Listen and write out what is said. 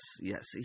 yes